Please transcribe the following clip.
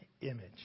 image